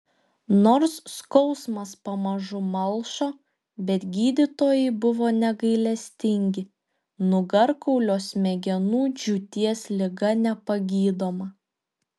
nors skausmas pamažu malšo bet gydytojai buvo negailestingi nugarkaulio smegenų džiūties liga nepagydoma